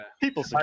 people